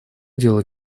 дело